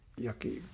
yucky